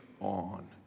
on